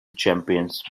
champions